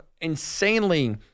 insanely